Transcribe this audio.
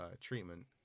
treatment